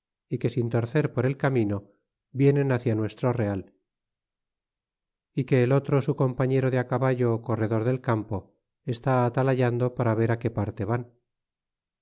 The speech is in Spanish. y que sin torcer por el camino vienen cia nuestro real y que el otro su compañero de á caballo corredor del campo está atalayando para ver que parte van